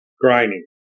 grinding